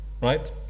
right